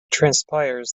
transpires